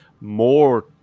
more